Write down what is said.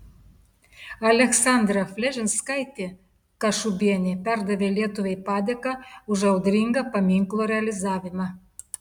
aleksandra fledžinskaitė kašubienė perdavė lietuvai padėką už audringą paminklo realizavimą